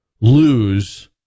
lose